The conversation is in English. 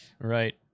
Right